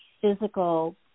physical